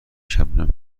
شبنم